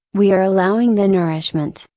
we are allowing the nourishment,